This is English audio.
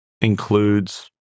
includes